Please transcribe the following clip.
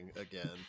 again